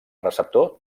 receptor